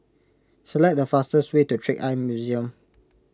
select the fastest way to Trick Eye Museum